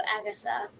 Agatha